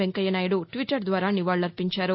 Venkaiah Naidu Twitter ద్వారా నివాళులర్పించారు